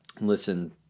listen